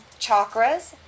chakras